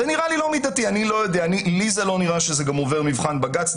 לי לא נראה שזה עובר מבחן בג"ץ.